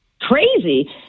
crazy